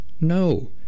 No